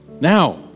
Now